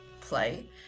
play